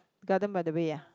gardens by the bay ah